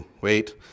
Wait